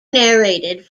narrated